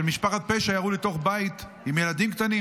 שממשפחת פשע ירו לתוך בית עם ילדים קטנים.